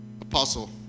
Apostle